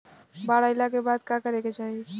बाढ़ आइला के बाद का करे के चाही?